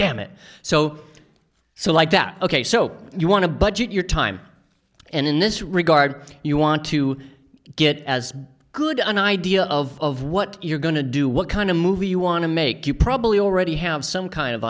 it so so like that ok so you want to budget your time and in this regard you want to get as good an idea of what you're going to do what kind of movie you want to make you probably already have some kind of